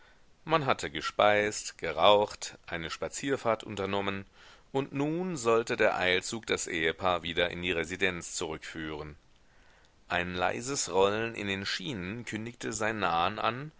man hatte gespeist geraucht eine spazierfahrt unternommen und nun sollte der eilzug das ehepaar wieder in die residenz zurückführen ein leises rollen in den schienen kündigte sein nahen an